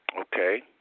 Okay